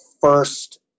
first